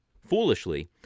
Foolishly